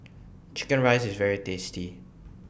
Chicken Rice IS very tasty